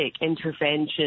intervention